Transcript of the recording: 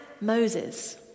Moses